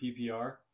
PPR